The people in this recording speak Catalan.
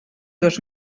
dos